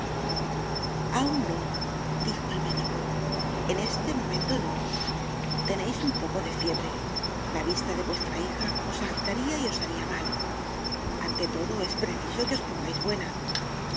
aun no dijo el médico en este momento no teneis un poco de fiebre la vista de vuestra hija os agitana y os haria mal ante todo es preciso que os pongais buena